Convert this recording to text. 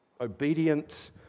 obedient